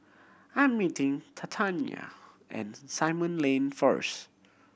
I'm meeting Tatyanna at Simon Lane first